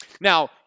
Now